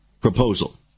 proposal